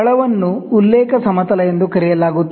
ತಳವನ್ನು ಉಲ್ಲೇಖ ಸಮತಲ ಎಂದು ಕರೆಯಲಾಗುತ್ತದೆ